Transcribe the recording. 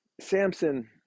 Samson